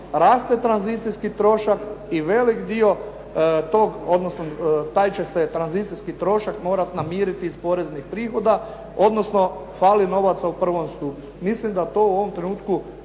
raste tranzicijski trošak i veliki dio odnosno taj će se tranzicijski trošak morati namiriti iz poreznih prihoda odnosno fali novaca u prvom stupu. Mislim da to u ovom trenutku